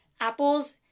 apples